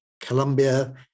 Colombia